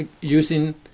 using